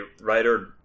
writer